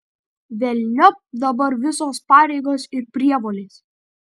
velniop dabar visos pareigos ir prievolės